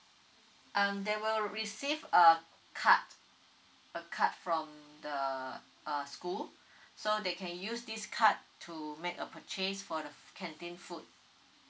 um they will receive a card a card from the uh school so they can use this card to make a purchase for the canteen food